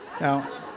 Now